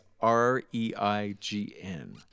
R-E-I-G-N